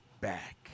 back